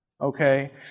Okay